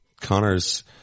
connor's